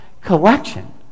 collection